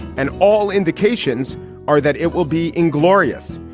and all indications are that it will be inglorious.